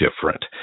different